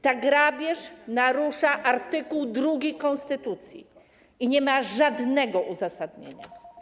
Ta grabież narusza art. 2 konstytucji i nie ma żadnego uzasadnienia.